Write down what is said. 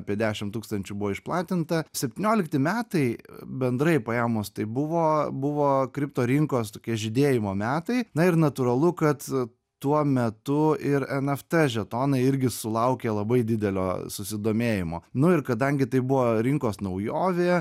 apie dešim tūkstančių buvo išplatinta septyniolikti metai bendrai paėmus tai buvo buvo kripto rinkos tokie žydėjimo metai na ir natūralu kad tuo metu ir eft žetonai irgi sulaukė labai didelio susidomėjimo nu ir kadangi tai buvo rinkos naujovė